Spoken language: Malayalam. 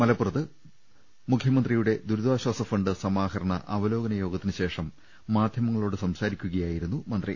മലപ്പുറത്ത് ദുരി താശ്വാസ ഫണ്ട് സമാഹരണ അവലോകന യോഗത്തിനു ശേഷം മാധ്യമങ്ങളോട് സംസാരിക്കുകയായിരുന്നു മന്ത്രി